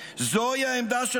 זוהי העמדה האחראית.